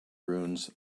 ruins